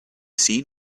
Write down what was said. seen